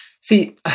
See